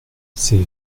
c’est